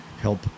help